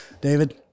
David